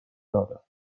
دادم